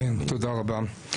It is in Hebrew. כן, תודה רבה.